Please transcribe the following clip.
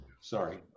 sorry